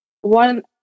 one